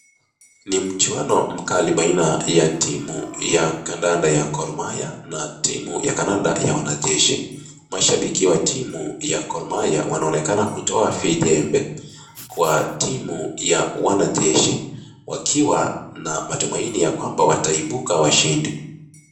Ni mchuano baina ya timu ya Kandanda ya Gor Mahia na timu ya Kandanda ya wanajeshi. Mashabiki wa timu ya Gor Mahia wanaonekana kutoa vijembe, kwa timu ya wanajeshi, wakiwa na matumainia kwamba wataibuka washindi.